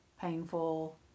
painful